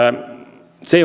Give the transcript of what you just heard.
se